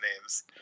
names